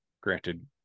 granted